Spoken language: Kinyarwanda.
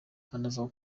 anavuga